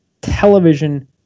television